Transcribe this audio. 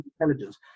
intelligence